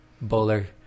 bowler